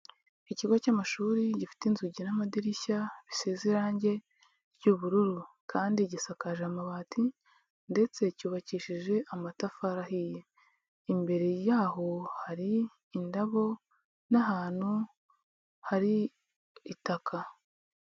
Ikigo cy'amashuri gifite inzugi n'amadirishya bisize irangi ry'ubururu kandi gisakaje amabati ndetse cyubakishije amatafari ahiye, imbere yaho hari indabo n'ahantu hari itaka.